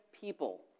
people